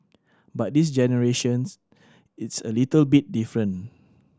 but this generations it's a little bit different